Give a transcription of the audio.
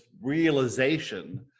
realization